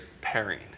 pairing